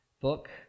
book